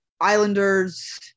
Islanders